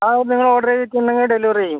ആ നിങ്ങൾ ഓർഡർ ചെയ്തിട്ടുണ്ടെങ്കിൽ ഡെലിവർ ചെയ്യും